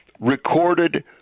recorded